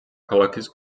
ქალაქის